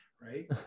right